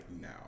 now